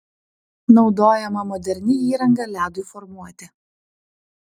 naudojama moderni įranga ledui formuoti